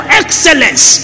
excellence